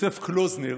יוסף קלוזנר,